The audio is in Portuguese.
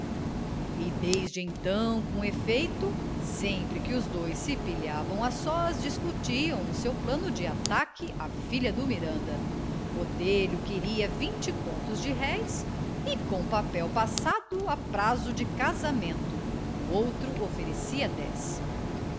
e desde então com efeito sempre que os dois se pilhavam a sós discutiam o seu plano de ataque à filha do miranda botelho queria vinte contos de réis e com papel passado a prazo de casamento o outro oferecia dez